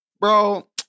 Bro